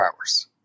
hours